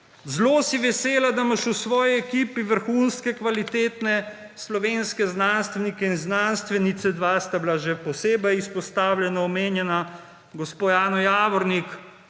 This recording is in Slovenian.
Zelo si vesela, da imaš v svoji ekipi vrhunske kvalitetne slovenske znanstvenike in znanstvenice, dva sta bila že posebej izpostavljena, omenjena, gospo Jano Javornik